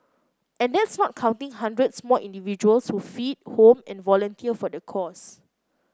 and that's not counting hundreds more individuals who feed home and volunteer for the cause